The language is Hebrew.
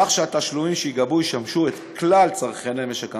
כך שהתשלומים שייגבו ישמשו את כלל צרכני משק המים,